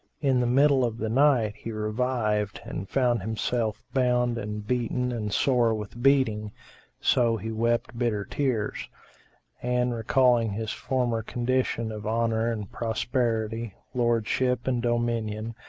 in the middle of the night, he revived and found himself bound and beaten and sore with beating so he wept bitter tears and recalling his former condition of honour and prosperity, lordship and dominion,